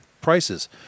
prices